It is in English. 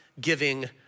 giving